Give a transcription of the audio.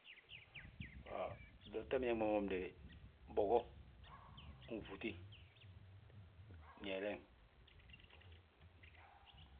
flotte biñaŋ bimoon béde, bogo ngi fùti ñeele.